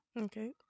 Okay